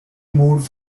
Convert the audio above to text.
moved